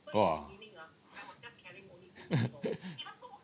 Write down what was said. !wah!